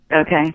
Okay